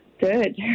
good